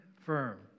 firm